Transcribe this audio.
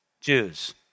Jews